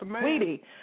Sweetie